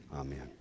amen